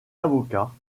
avocats